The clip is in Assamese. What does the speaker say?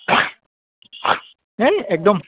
হেই একদম